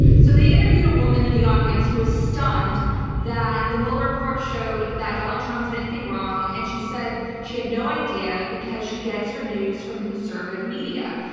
so they interviewed a woman in the audience who was stunned that the mueller report showed that donald trump did anything wrong. and she said she had no idea, because she gets her news from conservative media.